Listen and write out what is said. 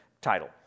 title